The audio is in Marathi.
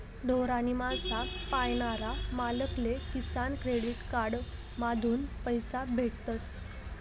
ढोर आणि मासा पायनारा मालक ले किसान क्रेडिट कार्ड माधून पैसा भेटतस